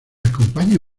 acompaña